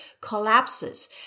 collapses